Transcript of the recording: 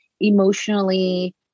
emotionally